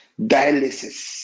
dialysis